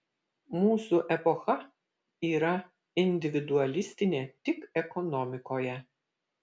mūsų epocha yra individualistinė tik ekonomikoje